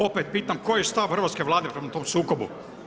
Opet pitam koji je stav hrvatske Vlade prema tom sukobu.